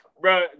bro